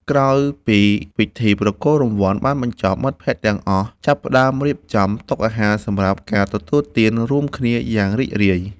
ក្រោយពីពិធីប្រគល់រង្វាន់បានបញ្ចប់ មិត្តភក្តិទាំងអស់ចាប់ផ្ដើមរៀបចំតុអាហារសម្រាប់ការទទួលទានរួមគ្នាយ៉ាងរីករាយ។